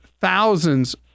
thousands